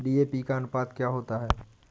DAP का अनुपात क्या होता है?